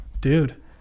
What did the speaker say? Dude